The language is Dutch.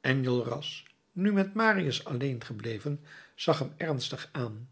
enjolras nu met marius alleen gebleven zag hem ernstig aan